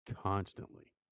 constantly